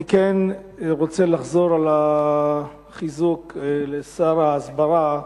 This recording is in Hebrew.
אני כן רוצה לחזור על החיזוק לשר ההסברה,